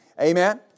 Amen